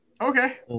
Okay